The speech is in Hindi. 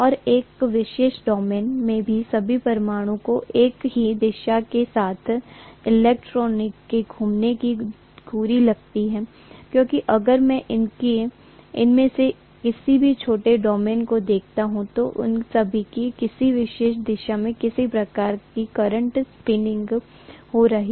और एक विशेष डोमेन में सभी परमाणुओं को एक ही दिशा के साथ इलेक्ट्रॉनों के घूमने की धुरी लगती है क्योंकि अगर मैं इनमें से किसी भी छोटे डोमेन को देखता हूं तो उन सभी की किसी विशेष दिशा में किसी प्रकार की करंट स्पिनिंग हो रही है